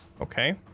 Okay